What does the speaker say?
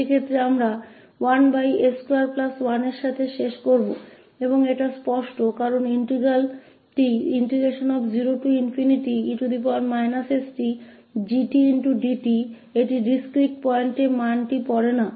उस स्थिति में हमसाथ समाप्त करेंगे 1s21 के साथ और यह स्पष्ट है क्योंकि integral जो 0e stg𝑡𝑑t है यह असतत बिंदुओं पर मूल्य नहीं पढ़ता है